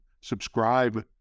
subscribe